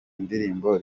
ndirimbo